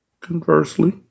conversely